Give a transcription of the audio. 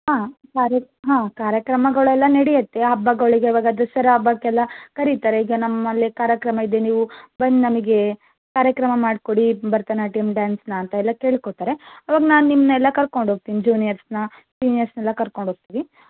ಹಾಂ ಕಾರ್ಯಕ್ ಹಾಂ ಕಾರ್ಯಕ್ರಮಗಳೆಲ್ಲ ನಡಿಯತ್ತೆ ಹಬ್ಬಗಳಿಗೆ ಇವಾಗ ದಸರಾ ಹಬ್ಬಕ್ಕೆಲ್ಲ ಕರೀತಾರೆ ಈಗ ನಮ್ಮಲ್ಲಿ ಕಾರ್ಯಕ್ರಮ ಇದೆ ನೀವು ಬಂದು ನಮಗೆ ಕಾರ್ಯಕ್ರಮ ಮಾಡಿಕೊಡಿ ಭರತನಾಟ್ಯಂ ಡಾನ್ಸನ್ನು ಅಂತ ಎಲ್ಲ ಕೇಳ್ಕೋತಾರೆ ಆವಾಗ ನಾನು ನಿಮ್ಮನ್ನೆಲ್ಲ ಕರ್ಕೊಂಡು ಹೋಗ್ತೀನಿ ಜೂನಿಯರ್ಸನ್ನು ಸೀನಿಯರ್ಸನ್ನೆಲ್ಲ ಕರ್ಕೊಂಡು ಹೋಗ್ತೀವಿ